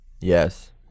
Yes